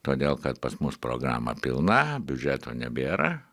todėl kad pas mus programa pilna biudžeto nebėra